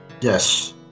Yes